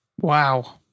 Wow